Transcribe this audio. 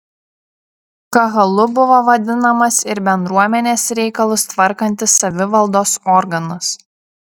kahalu buvo vadinamas ir bendruomenės reikalus tvarkantis savivaldos organas